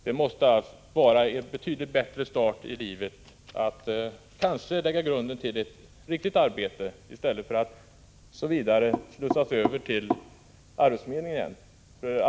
Det måste vara en betydligt bättre start i livet att kanske lägga grunden till ett riktigt arbete i stället för att slussas vidare till arbetsförmedlingen igen.